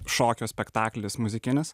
šokio spektaklis muzikinis